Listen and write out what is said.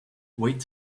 wait